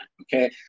okay